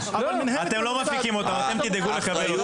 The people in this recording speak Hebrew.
אתם לא מפיקים אותם, אתם תדאגו לקבל אותם.